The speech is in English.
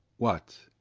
what,